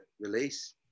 release